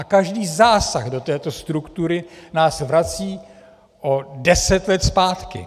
Každý zásah do této struktury nás vrací o deset let zpátky.